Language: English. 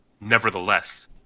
Nevertheless